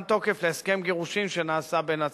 תוקף להסכם גירושין שנעשה בין הצדדים.